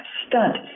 stunt